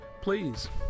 Please